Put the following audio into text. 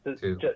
Two